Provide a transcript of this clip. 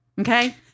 Okay